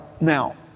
Now